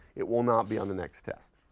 it will not be on the next test,